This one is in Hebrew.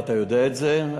ואתה יודע את זה,